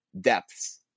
depths